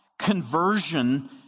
conversion